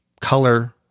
color